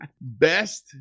Best